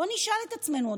בוא נשאל את עצמנו,